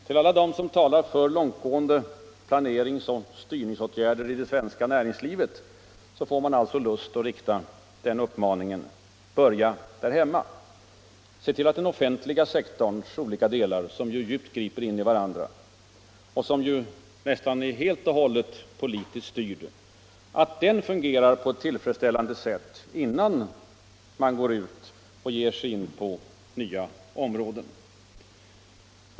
Till alla dem som talar för långtgående planeringsoch styrningsåtgärder i det svenska näringslivet får man alltså lust att rikta uppmaningen: Börja där hemma! Se till att den offentliga sektorns olika delar, som djupt griper in i varandra och som ju nästan helt och hållet är politiskt styrda, fungerar på ett tillfredsställande sätt, innan ni ger er in på nya områden!